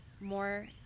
more